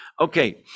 Okay